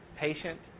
patient